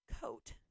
coat